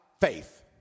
Faith